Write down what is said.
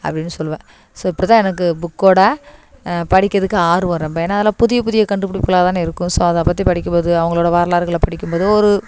அப்படின்னு சொல்லுவேன் ஸோ இப்படி தான் எனக்கு புக் ஓட படிக்கிறதுக்கு ஆர்வம் ரொம்ப ஏன்னா அதில் புதிய புதிய கண்டுபிடிப்புகளாக தானே இருக்கும் ஸோ அதை பற்றி படிக்கும் போது அவங்களோடய வரலாறுகளை படிக்கும் போது ஒரு